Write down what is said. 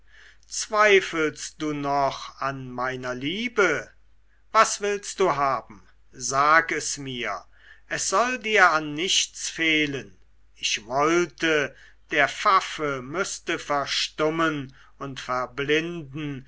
zweifelst du noch an meiner liebe was willst du haben sag es mir es soll dir an nichts fehlen ich wollte der pfaffe müßte verstummen und verblinden